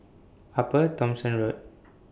Upper Thomson Road